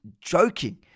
joking